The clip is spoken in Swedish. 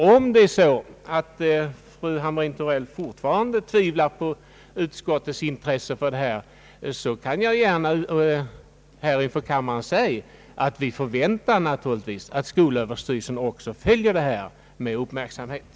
Om fru Hamrin-Thorell fortfarande tvivlar på utskottets intresse för problemet, vill jag gärna säga att vi inom utskottet naturligtvis förväntar att skolöverstyrelsen också med uppmärksamhet följer frågan.